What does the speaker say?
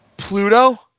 Pluto